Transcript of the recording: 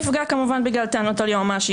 ואמון הציבור נפגע בגלל טענות על היועמ"שים,